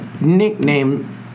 nickname